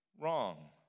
wrong